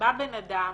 בא בנאדם,